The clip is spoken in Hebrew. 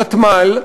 הוותמ"ל,